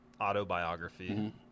autobiography